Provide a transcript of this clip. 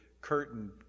curtain